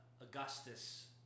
Augustus